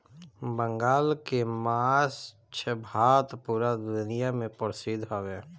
बंगाल के माछ भात पूरा दुनिया में परसिद्ध हवे